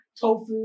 tofu